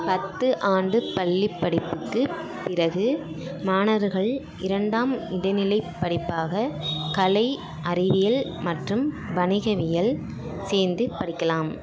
பத்து ஆண்டு பள்ளிப் படிப்புக்குப் பிறகு மாணவர்கள் இரண்டாம் இடைநிலைப் படிப்பாக கலை அறிவியல் மற்றும் வணிகவியல் சேர்ந்து படிக்கலாம்